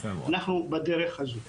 אנחנו בדרך הזו.